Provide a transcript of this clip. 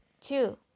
Two